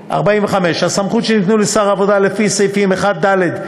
45. הסמכויות שניתנו לשר העבודה לפי סעיפים 1(ד)(1),